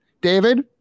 David